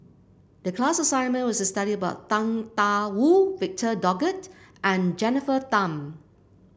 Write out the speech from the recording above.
the class assignment was to study about Tang Da Wu Victor Doggett and Jennifer Tham